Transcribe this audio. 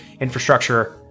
infrastructure